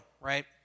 right